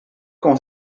cómo